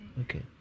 Okay